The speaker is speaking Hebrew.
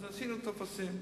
אז עשינו טפסים.